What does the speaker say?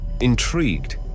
Intrigued